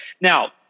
Now